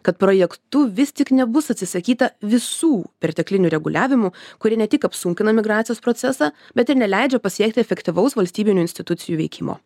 kad projektu vis tik nebus atsisakyta visų perteklinių reguliavimų kurie ne tik apsunkina migracijos procesą bet ir neleidžia pasiekti efektyvaus valstybinių institucijų veikimo